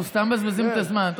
אנחנו סתם מבזבזים את הזמן.